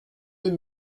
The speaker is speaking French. deux